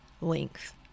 length